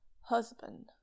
husband